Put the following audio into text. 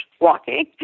walking